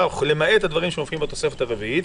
למעט הדברים שמופיעים בתוספת הרביעית,